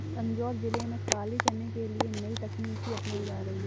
तंजौर जिले में काले चने के लिए नई तकनीकें अपनाई जा रही हैं